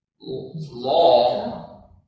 law